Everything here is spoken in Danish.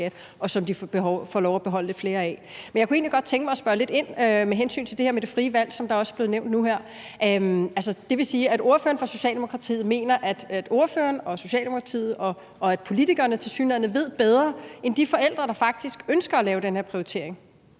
og som de får lov at beholde lidt flere af. Men jeg kunne egentlig godt tænke mig spørge lidt ind til det med det frie valg, som også blevet nævnt nu her: Vil det sige, at ordføreren for Socialdemokratiet mener, at ordføreren, Socialdemokratiet og politikerne ved bedre end de forældre, der faktisk ønsker at lave den her prioritering